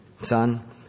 Son